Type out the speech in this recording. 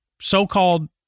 so-called